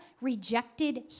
rejected